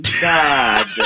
God